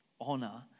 honor